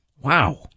Wow